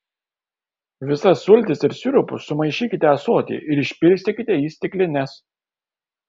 visas sultis ir sirupus sumaišykite ąsotyje ir išpilstykite į stiklines